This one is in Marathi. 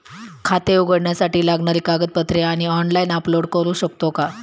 खाते उघडण्यासाठी लागणारी कागदपत्रे मी ऑनलाइन अपलोड करू शकतो का?